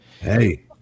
Hey